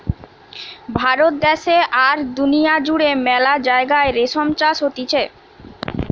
ভারত দ্যাশে আর দুনিয়া জুড়ে মেলা জাগায় রেশম চাষ হতিছে